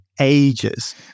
ages